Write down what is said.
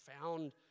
profound